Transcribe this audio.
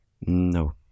No